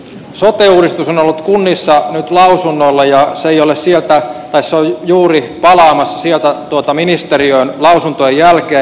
sote uudistus on ollut kunnissa nyt lausunnolla ja se ei ole sieltä taas on juuri palaamassa sieltä ministeriöön lausuntojen jälkeen